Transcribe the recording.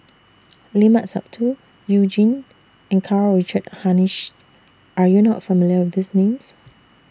Limat Sabtu YOU Jin and Karl Richard Hanitsch Are YOU not familiar with These Names